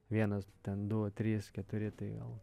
vienas ten du trys keturi tai gal